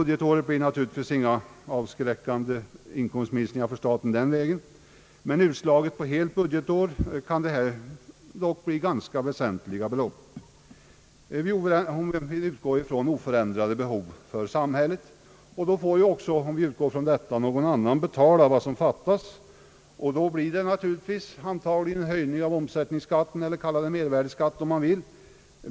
Det blir naturligtvis inga avskräckande inkomstminskningar detta budgetår av det förslaget, men räknat på helt år kan det dock bli ganska väsentliga belopp. Om vi utgår ifrån oförändrade behov för samhället, får vi också utgå ifrån att någon annan måste betala vad som fattas. Då blir det antagligen en höjning av omsättningsskatten — eller kalla det gärna för mervärdeskatt.